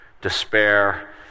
despair